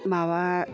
माबा